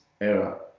era